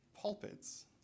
pulpits